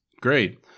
Great